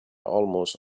almost